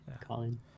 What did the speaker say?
Colin